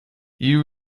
you